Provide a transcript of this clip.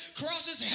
crosses